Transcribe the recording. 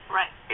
right